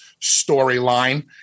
storyline